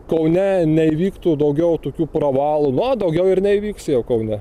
kaune neįvyktų daugiau tokių pravalų na daugiau ir neįvyks jau kaune